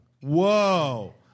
Whoa